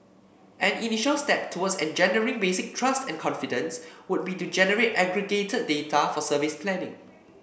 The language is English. an initial step towards engendering basic trust and confidence would be to generate aggregated data for service planning